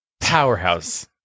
Powerhouse